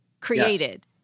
created